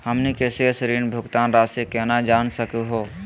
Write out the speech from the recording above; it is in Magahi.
हमनी के शेष ऋण भुगतान रासी केना जान सकू हो?